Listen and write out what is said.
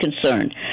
concerned